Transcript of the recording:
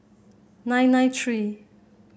nine nine three